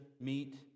meet